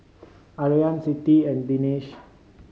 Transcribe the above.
Aryan Siti and Danish